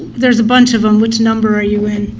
there's a bunch of them, which number are you in.